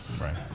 Right